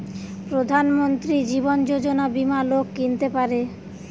প্রধান মন্ত্রী জীবন যোজনা বীমা লোক কিনতে পারে